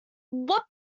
what